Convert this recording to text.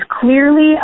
clearly